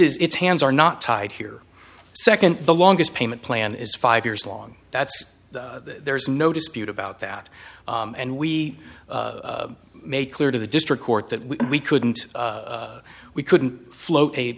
is its hands are not tied here second the longest payment plan is five years long that's there's no dispute about that and we made clear to the district court that we couldn't we couldn't float a